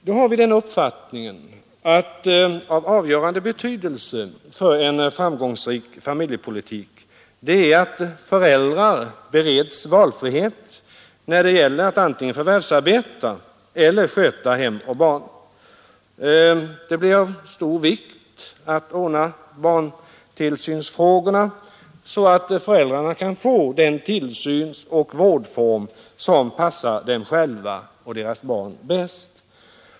Vi har den uppfattningen att det är av avgörande betydelse för en framgångsrik familjepolitik att föräldrar bereds valfrihet när det gäller att antingen förvärvsarbeta eller att vara hemma och sköta hem och barn. Det är därför av stor vikt att ordna barntillsynsfrågorna, så att föräldrarna kan välja den tillsynsoch vårdform som passar dem själva och deras barn bäst.